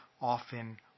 often